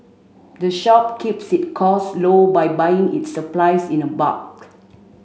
the shop keeps its costs low by buying its supplies in bulk